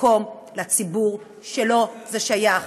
במקום לציבור שלו זה שייך?